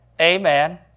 Amen